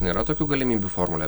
nėra tokių galimybių formulę